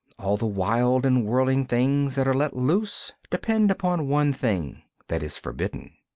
all the wild and whirling things that are let loose depend upon one thing that is forbidden.